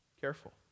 Careful